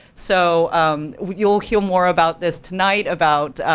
so you'll hear more about this tonight, about.